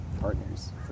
partners